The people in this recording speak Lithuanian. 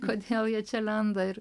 kodėl jie čia lenda ir